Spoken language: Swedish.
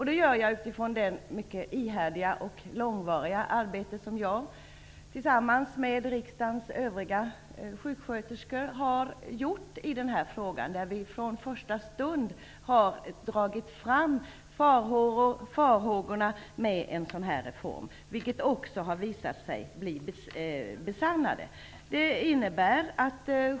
Det gör jag med utgångspunkt i det ihärdiga och långvariga arbete som jag, tillsammans med riksdagens övriga sjuksköterskor, har bedrivit i denna fråga. Vi har från första stund dragit fram farhågorna med en reform av detta slag. De har också visat sig bli besannade.